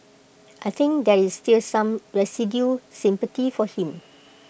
I think there is still some residual sympathy for him